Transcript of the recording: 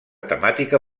temàtica